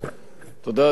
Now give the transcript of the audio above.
אדוני היושב-ראש,